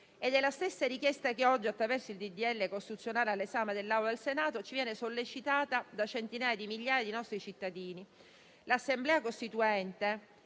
È la stessa richiesta che oggi, attraverso il disegno di legge costituzionale all'esame dell'Assemblea del Senato, ci viene sollecitata da centinaia di migliaia di nostri cittadini. L'Assemblea costituente